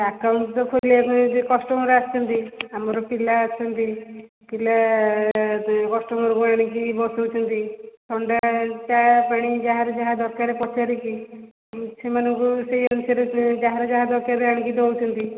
account ତ ଖୋଲିବା ପାଇଁ ଯେ କଷ୍ଟମର ଆସୁଛନ୍ତି ଆମର ପିଲା ଅଛନ୍ତି ପିଲା କଷ୍ଟମରଙ୍କୁ ଆଣିକି ବସାଉଛନ୍ତି ଥଣ୍ଡା ଚା ପାଣି ଯାହାର ଯାହା ଦରକାର ପଚାରିକି ସେମାନଙ୍କୁ ସେଇ ଅନୁସାରେ ଯାହାର ଯାହା ଦରକାର ଆଣିକି ଦେଉଛନ୍ତି